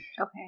Okay